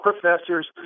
professors